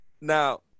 Now